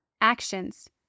Actions